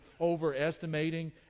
overestimating